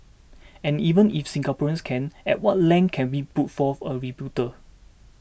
and even if Singaporeans can at what length can we put forth a rebuttal